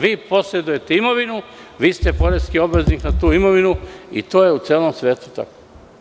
Vi posedujete imovinu, vi ste poreski obaveznik na tu imovinu i to je u celom svetu tako.